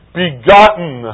begotten